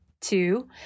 Two